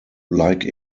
like